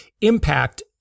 impact